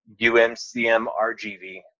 umcmrgv